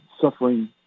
suffering